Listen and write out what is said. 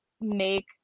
make